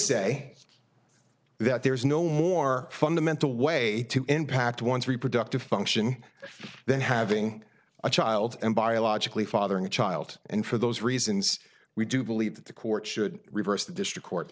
say that there is no more fundamental way to impact one's reproductive function than having a child and biologically fathering a child and for those reasons we do believe that the court should reverse the district court